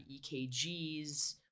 EKGs